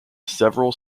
several